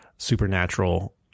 supernatural